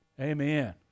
Amen